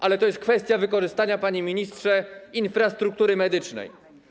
Ale to jest kwestia wykorzystania, panie ministrze, infrastruktury medycznej.